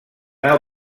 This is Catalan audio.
nau